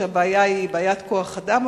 שהבעיה היא בעיית כוח-אדם,